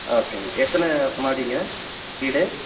ஓகேங்க எத்தனை மாடிங்க வீடு